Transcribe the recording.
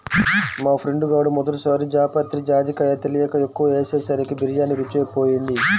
మా ఫ్రెండు గాడు మొదటి సారి జాపత్రి, జాజికాయ తెలియక ఎక్కువ ఏసేసరికి బిర్యానీ రుచే బోయింది